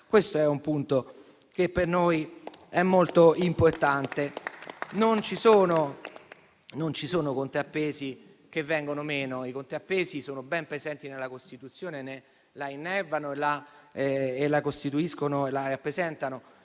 Questo è un punto che per noi è molto importante. Non ci sono contrappesi che vengono meno. I contrappesi sono ben presenti nella Costituzione, la innervano, la costituiscono, la rappresentano